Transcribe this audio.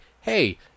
hey